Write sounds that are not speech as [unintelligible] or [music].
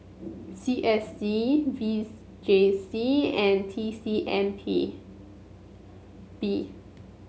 C S C V [unintelligible] J C and T C M P B